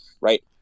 Right